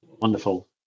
Wonderful